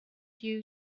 you